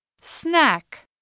Snack